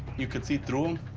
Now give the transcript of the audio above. you could see through and